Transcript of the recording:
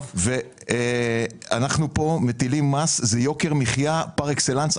אנחנו פה מטילים מס שהוא יוקר מחייה פר אקסלנס.